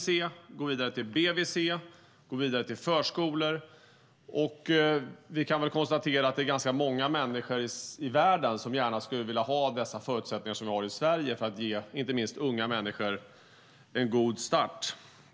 Det går vidare till BVC och vidare till förskolor. Vi kan väl konstatera att det är ganska många människor i världen som gärna skulle vilja ha de förutsättningar som vi har i Sverige för att ge inte minst unga människor en god start.